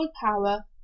power